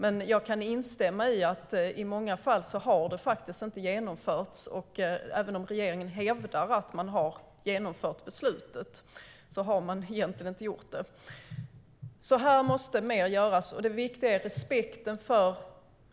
Men jag kan instämma i att i många fall har beslut faktiskt inte genomförts. Även om regeringen hävdar att man har genomfört ett beslut har man egentligen inte gjort det. Här måste mer göras. Det viktiga är respekten för